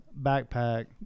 backpack